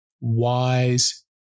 wise